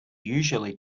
usually